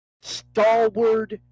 stalwart